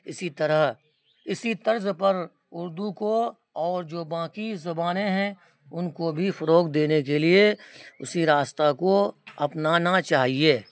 اسی طرح اسی طرز پر اردو کو اور جو باقی زبانیں ہیں ان کو بھی فروغ دینے کے لیے اسی راستہ کو اپنانا چاہیے